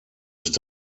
ist